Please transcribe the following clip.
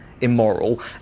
immoral